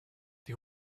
die